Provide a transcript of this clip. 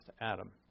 Adam